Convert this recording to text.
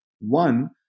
One